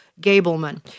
Gableman